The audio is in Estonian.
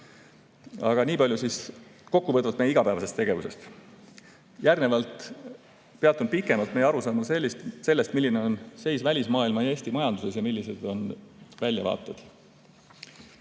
Aga niipalju siis kokkuvõtvalt meie igapäevasest tegevusest. Järgnevalt peatun pikemalt meie arusaamal sellest, milline on seis välismaailma ja Eesti majanduses ning millised on väljavaated.